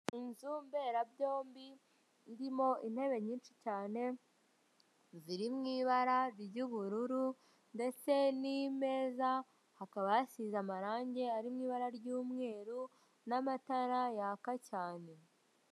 Inzu mberabyombi irimo intebe nyinshi cyane ziri mu ibara ry'ubururu ndetse n'imeza, hakaba hasize amarange ari mu ibara ry'umweru n'amatara yaka cyane.